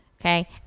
okay